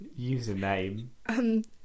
Username